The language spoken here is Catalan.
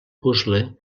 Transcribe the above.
puzle